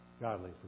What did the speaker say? godly